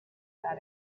that